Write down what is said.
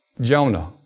Jonah